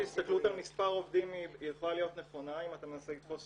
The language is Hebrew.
שהסתכלות על מספר עובדים יכולה להיות נכונה אם אתה מנסה לתפוס